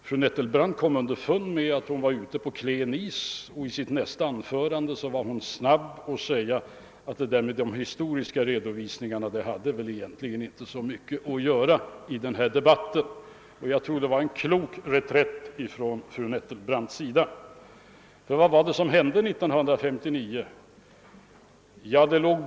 Fru Nettelbrandt kom underfund med att hon var ute på klen is, och i sin replik skyndade hon sig att säga att de historiska redovisningarna egentligen inte hade i den här debatten att göra. Jag tror det var en klok reträtt. Vad var det nämligen som hände 1959?